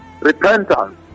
repentance